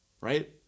Right